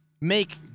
make